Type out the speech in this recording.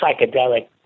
psychedelic